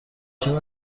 شدن